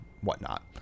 whatnot